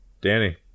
Danny